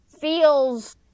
feels